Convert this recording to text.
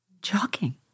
jogging